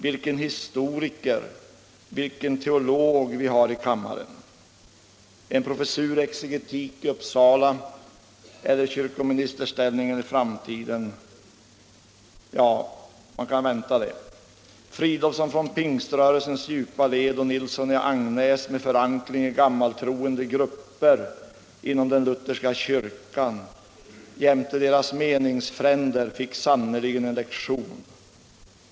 Vilken historiker, vilken teolog vi har i kammaren! En professur i exegetik i Uppsala eller kyrkoministerställning i framtiden är vad man kan vänta. Herr Fridolfsson från pingströrelsens djupa led och Nilsson i Agnäs med förankring i gammaltroende grupper inom den Lutherska kyrkan jämte deras meningsfränder fick sannerligen en lektion.